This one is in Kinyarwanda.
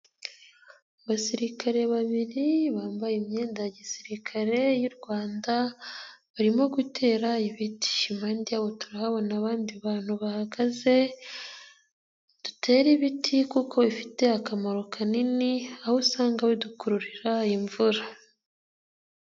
Abasirikare babiri bambaye imyenda ya gisirikare y'u Rwanda barimo gutera ibiti, impande yaho turahabona abandi bantu bahagaze, dutere ibiti kuko bifite akamaro kanini aho usanga bidukururira imvura.